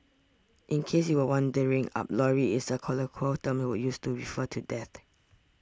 in case you were wondering Up lorry is a colloquial term used to refer to death